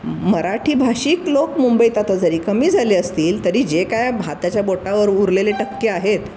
मराठी भाषिक लोक मुंबईत आता जरी कमी झाले असतील तरी जे काय हाताच्या बोटावर उरलेले टक्के आहेत